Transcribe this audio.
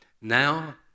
now